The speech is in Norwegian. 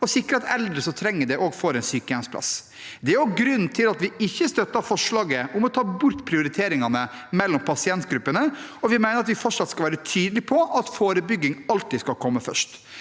og sikre at eldre som trenger det, også får en sykehjemsplass. Det er grunnen til at vi ikke støttet forslaget om å ta bort prioriteringene mellom pasientgruppene. Vi mener at vi fortsatt skal være tydelige på at forebygging alltid skal komme først.